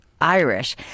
Irish